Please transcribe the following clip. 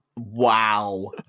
Wow